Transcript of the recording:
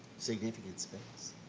significant space.